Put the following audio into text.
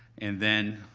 and then,